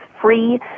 free